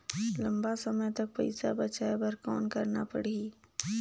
लंबा समय तक पइसा बचाये बर कौन करना पड़ही?